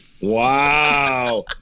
Wow